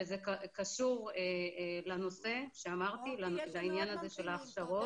וזה קשור לנושא שאמרתי, לעניין הזה של ההכשרות.